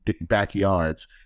Backyards